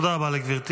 תודה רבה לגברתי.